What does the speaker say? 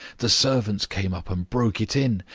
the servants came up and broke it in.